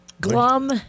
Glum